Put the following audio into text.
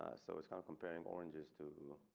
ah so it's kind of comparing oranges too.